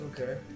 Okay